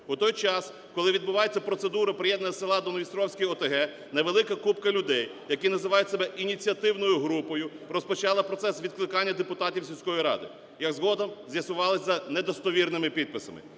У той час, коли відбувається процедура приєднання села доНоводністровської ОТГ, невелика купка людей, які називають себе ініціативною групою, розпочала процес відкликання депутатів сільської ради, як згодом з'ясувалося, недостовірними підписами.